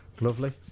Lovely